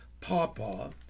Papa